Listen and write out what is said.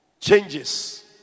changes